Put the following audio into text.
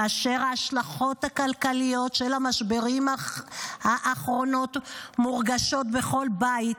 כאשר ההשלכות הכלכליות של המשברים האחרונים מורגשות בכל בית,